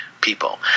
people